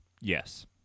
Yes